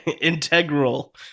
integral